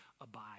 abide